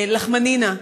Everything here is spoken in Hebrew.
"לחמנינה".